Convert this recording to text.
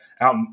out